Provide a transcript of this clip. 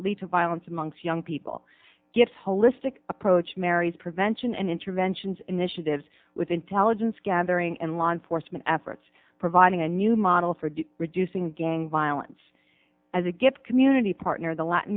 lead to violence amongst young people gets holistic approach mary's prevention and interventions initiatives with intelligence gathering and law enforcement efforts providing a new model for reducing gang violence as a good community partner the latin